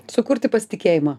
sukurti pasitikėjimą